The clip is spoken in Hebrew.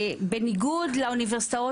בניגוד לאוניברסיטאות,